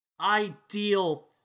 Ideal